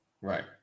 right